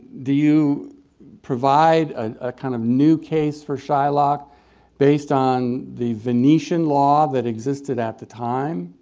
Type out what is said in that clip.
do you provide a kind of new case for shylock based on the venetian law that existed at the time?